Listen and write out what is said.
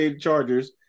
Chargers